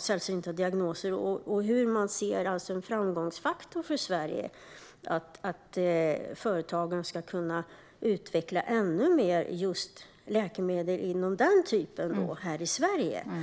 sällsynta diagnoser. Där ser man det som en framgångsfaktor för Sverige att företagen ska kunna utveckla ännu mer läkemedel av denna typ i Sverige.